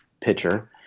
pitcher